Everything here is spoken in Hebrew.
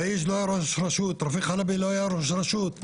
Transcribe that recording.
בהיג' ורפיק חלבי לא היו ראשי רשות.